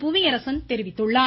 புவியரசன் தெரிவித்துள்ளார்